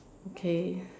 okay